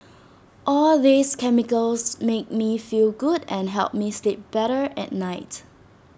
all these chemicals make me feel good and help me sleep better at night